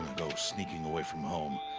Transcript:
go sneaking away from home.